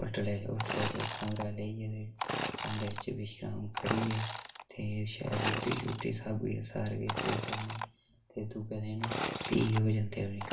होटलै ई होटलै च कमरा लेइयै ते कमरे च विश्राम करियै ते शैल रुट्टी शुट्टी स्हाबै ई सारा किश करियै उ'नें ते दूऐ दिन भी ओह् जन्दे उठी